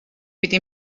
pidi